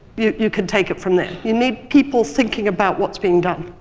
you you can take it from there. you need people thinking about what's being done.